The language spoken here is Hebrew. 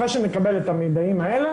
אחרי שנקבל את המידעים האלה,